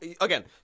Again